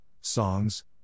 songs